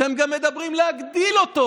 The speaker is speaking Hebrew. אתם גם מדברים על להגדיל אותו.